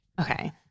Okay